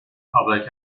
public